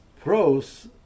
pros